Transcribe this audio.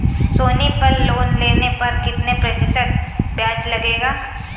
सोनी पल लोन लेने पर कितने प्रतिशत ब्याज लगेगा?